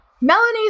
Melanie